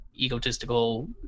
egotistical